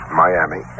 miami